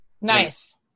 Nice